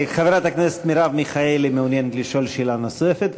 חברת הכנסת מרב מיכאלי מעוניינת לשאול שאלה נוספת,